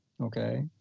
okay